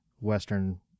Western